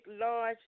large